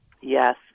Yes